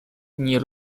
nie